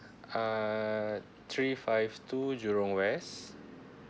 uh three five two jurong west